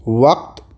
وقت